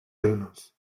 reinos